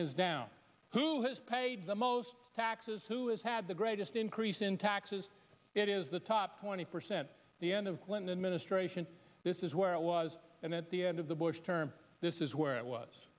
is down who has paid the most taxes who has had the greatest increase in taxes it is the top twenty percent the end of clinton administration this is where it was and at the end of the bush term this is where it was